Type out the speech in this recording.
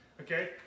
Okay